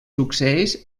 succeeix